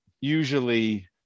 usually